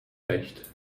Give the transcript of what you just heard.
recht